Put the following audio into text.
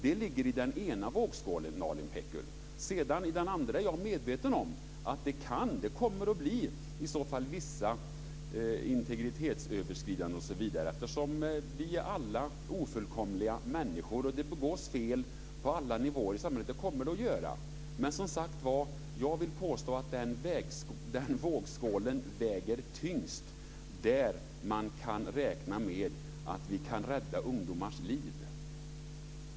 Det ligger i den ena vågskålen, Nalin Pekgul. I den andra ligger att det kan bli - jag är medveten om det - vissa integritetsöverskridanden osv. Vi är alla ofullkomliga människor, och det begås fel på alla nivåer i samhället. Det kommer det att göra här också. Men jag vill påstå att den vågskål väger tyngst där man kan räkna med att kunna rädda ungdomars liv.